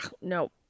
no